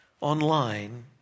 online